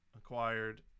acquired